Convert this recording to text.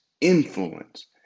influence